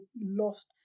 lost